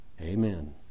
Amen